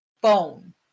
bone